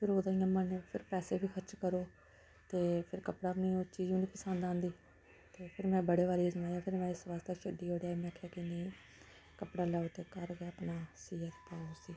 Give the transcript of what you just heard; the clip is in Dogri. फिर ओह् ते इ'यां मतलब पैसे बी खर्च करो ते फिर कपड़ा बी निं ओह् चीज़ बी निं पसंद आंदी ते फिर में बड़े बारी ते फिर में इस बास्तै छड्डी ओड़ेआ में आखेआ कि नेईं कपड़ा लैओ ते घर गै अपना सियै पाओ उसी